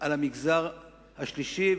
על המגזר השלישי,